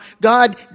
God